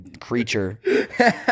creature